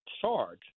charge